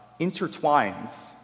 intertwines